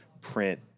print